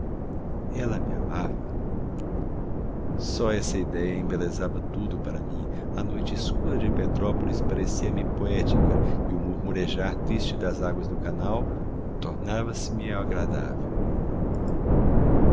ela me amava só essa idéia embelezava tudo para mim a noite escura de petrópolis parecia-me poética e o murmurejar triste das águas do canal tornava se me agradável